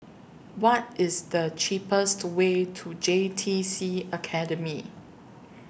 What IS The cheapest Way to J T C Academy